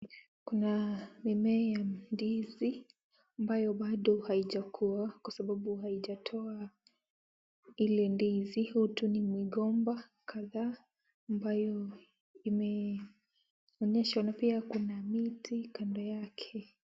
Kuna mimea ya ndizi ambayo bado haijakua, kwa sababu haijatoa ile ndizi. Hutu ni migomba kadhaa ambayo imeonyeshwa na pia kuna miti kando yake.